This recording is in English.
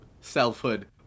selfhood